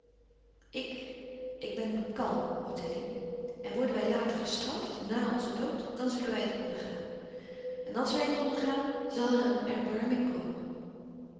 ik ik ben kàlm ottilie en worden wij later gestraft nà onzen dood dan zullen wij het ondergaan en àls wij het ondergaan zal er een erbàrming komen